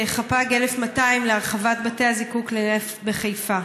חפאג/1200 להרחבת בתי הזיקוק בחיפה.